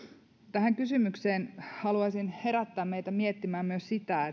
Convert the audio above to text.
tähän kysymykseen haluaisin herättää meitä miettimään myös sitä